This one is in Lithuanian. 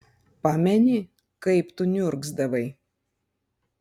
pameni kaip tu niurgzdavai